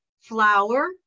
flour